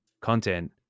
content